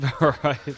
Right